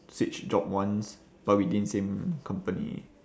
switch job once but within same company